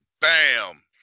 bam